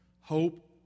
Hope